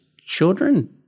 children